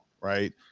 right